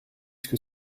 que